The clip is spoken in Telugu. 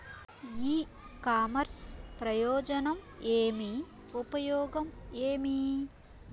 ఇ కామర్స్ ప్రయోజనం ఏమి? ఉపయోగం ఏమి?